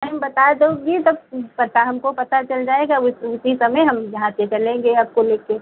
time बता दोगी तब पता हमको पता चल जाएगा उसी समय हम यहाँ से चलेंगे आपको लेके